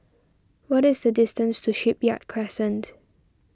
what is the distance to Shipyard Crescent